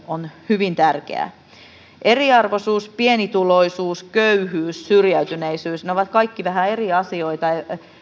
on hyvin tärkeää eriarvoisuus pienituloisuus köyhyys syrjäytyneisyys ne ovat kaikki vähän eri asioita